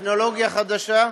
טכנולוגיה חדשה,